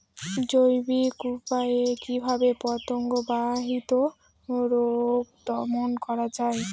জৈবিক উপায়ে কিভাবে পতঙ্গ বাহিত রোগ দমন করা যায়?